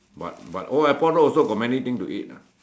what what old airport road also got many thing to eat what